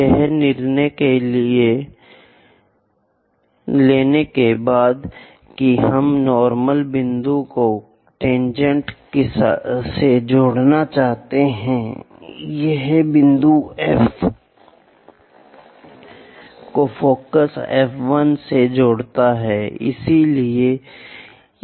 यह निर्णय लेने के बाद कि आप नार्मल बिंदु को टेनजेंट से जोड़ना चाहते हैं या बिंदु F को फोकस F 1 से जोड़ते हैं